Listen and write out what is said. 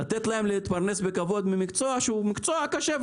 לתת להם להתפרנס בכבוד ממקצוע קשה,